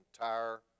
entire